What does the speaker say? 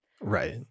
Right